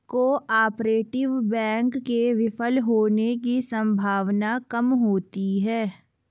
cooperative bank के विफल होने की सम्भावना काम होती है